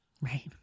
Right